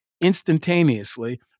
instantaneously